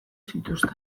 zituzten